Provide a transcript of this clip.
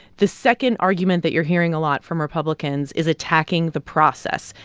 the second argument that you're hearing a lot from republicans is attacking the process,